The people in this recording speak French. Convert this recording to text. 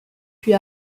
puis